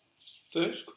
third